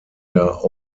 der